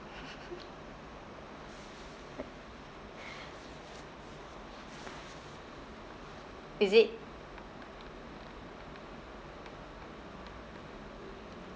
is it